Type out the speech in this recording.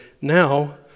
now